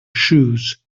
shoes